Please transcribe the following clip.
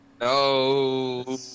No